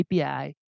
API